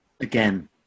Again